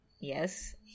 yes